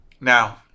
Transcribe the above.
Now